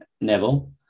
Neville